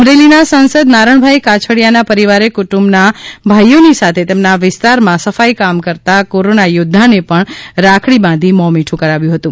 અમરેલીના સાંસદ નારણભાઈ કાછડિયાના પરિવારે કુટુંબના ભાઈઓની સાથે તેમના વિસ્તારમાં સફાઈકામ કરતાં કોરોના યોધ્ધાને પણ રાખડી બાંધી મોં મીઠું કરાવ્યું હતું